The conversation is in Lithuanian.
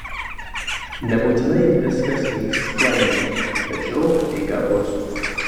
nebūtinai viskas vyks sklandžiai tačiau eiga bus